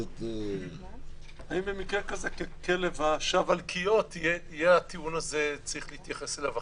אירים בצורה הטבעית והנורמלית בלי להיכנס עם